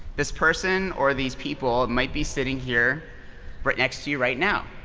this person, or these people, might be sitting here right next to you right now.